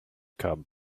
cub